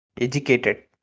educated